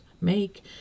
make